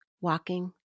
walking